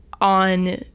on